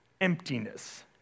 emptiness